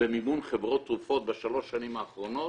במימון חברות תרופות בשלוש השנים האחרונות,